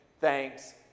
thanks